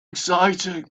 exciting